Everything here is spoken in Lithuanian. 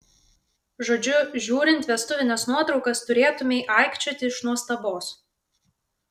žodžiu žiūrint vestuvines nuotraukas turėtumei aikčioti iš nuostabos